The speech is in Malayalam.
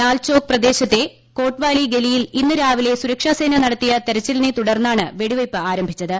ലാൽചോക് പ്രദേശത്തെ കോട്ട്വാലി ഗലിയിൽ ഇന്ന് രാവിലെ സുരക്ഷാസേന നടത്തിയ തെരച്ചിലിനെ തുടർന്നാണ് വെടിവെയ്പ്പ് ആരംഭിച്ചത്